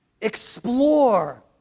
explore